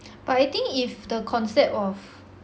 but I think if the concept of